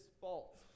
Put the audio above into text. fault